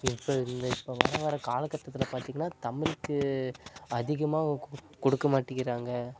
இப்போ இந்த இப்போ வர வர காலக்கட்டத்தில் பார்த்திங்கன்னா தமிழுக்கு அதிகமாக கு கொடுக்க மாட்டேக்கிறாங்க